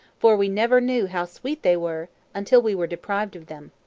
for we never knew how sweet they were until we were deprived of them.